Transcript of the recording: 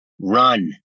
run